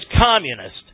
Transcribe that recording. communist